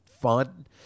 fun